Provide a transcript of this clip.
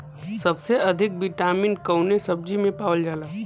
सबसे अधिक विटामिन कवने सब्जी में पावल जाला?